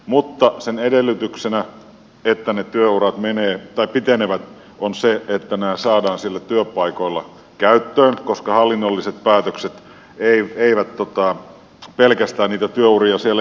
mutta sen edellytyksenä että ne työurat pitenevät on se että nämä saadaan siellä työpaikoilla käyttöön koska pelkästään hallinnolliset päätökset eivät niitä työ uria siellä jatka